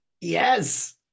Yes